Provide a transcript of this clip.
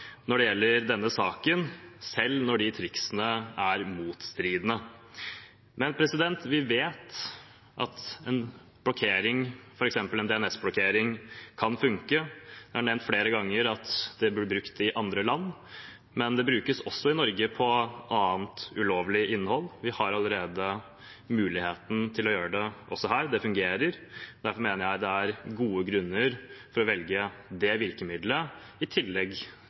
når det gjelder denne saken, selv når triksene er motstridende. Men vi vet at en blokkering, f.eks. en DNS-blokkering, kan funke. Det er nevnt flere ganger at det blir brukt i andre land, men det brukes også i Norge, på annet ulovlig innhold. Vi har allerede muligheten til å gjøre det også her, det fungerer. Derfor mener jeg det er gode grunner til å velge det virkemidlet, i tillegg